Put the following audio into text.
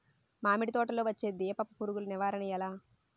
మామిడి తోటలో వచ్చే దీపపు పురుగుల నివారణ ఎలా?